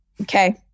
Okay